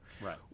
Right